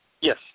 Yes